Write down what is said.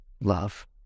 love